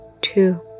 two